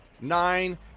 Nine